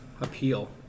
appeal